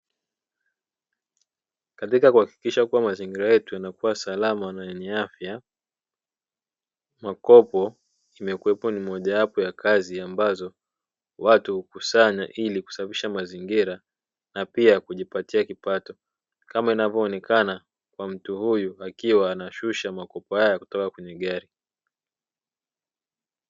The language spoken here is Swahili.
Katika kuhakikisha kuwa mazingira yetu yanakuwa salama na yenye afya, makopo imekuwa ni mojawapo ya kazi ambazo watu hukusanya ili kusafisha mazingira, na pia kujipatia kipato kama inavyoonekana kwa mtu huyu akiwa anashusha makopo haya kutoka kwenye gari.